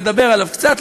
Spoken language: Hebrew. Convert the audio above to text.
לדבר עליו קצת,